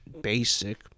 basic